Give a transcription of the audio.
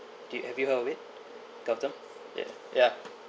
have you heard of it carlthum ya ya